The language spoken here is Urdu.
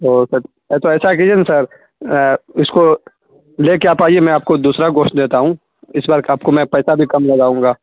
او سر تو ایسا کیجئے نا سر اس کو لے کے آپ آئیے میں آپ کو دوسرا گوشت دیتا ہوں اس بار آپ کو میں پیسہ بھی کم لگاؤں گا